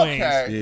Okay